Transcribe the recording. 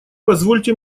позвольте